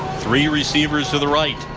three receivers to the right.